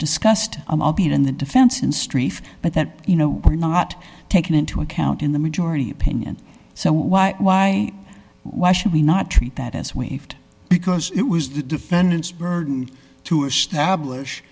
discussed albeit in the defense in st but that you know were not taken into account in the majority opinion so why why why should we not treat that as waived because it was the defendant's burden to establish